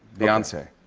beyonce.